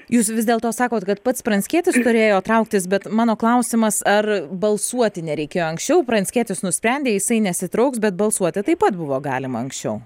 jūs vis dėlto sakot kad pats pranckietis turėjo trauktis bet mano klausimas ar balsuoti nereikėjo anksčiau pranckietis nusprendė jisai nesitrauks bet balsuoti taip pat buvo galima anksčiau